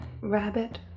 Rabbit